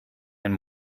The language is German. ein